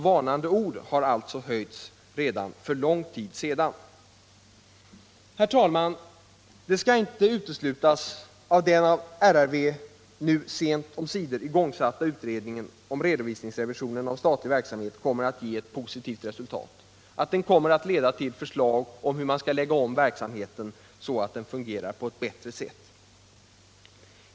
Varnande ord har alltså uttalats för lång tid sedan. Herr talman! Det skall inte uteslutas att den av RRV nu sent omsider igångsatta utredningen om redovisningsrevision av den statliga verksamheten kommer att ge ett positivt resultat och kommer att leda till förslag om hur man skall lägga om verksamheten så att den fungerar på ett bättre sätt.